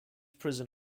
prison